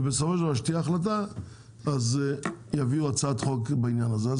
ובסופו של דבר כשתהיה החלטה אז יביאו הצעת חוק בעניין הזה.